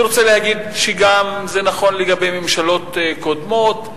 זה נכון גם לגבי ממשלות קודמות,